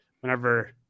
whenever